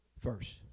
first